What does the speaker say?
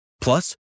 Plus